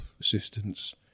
assistance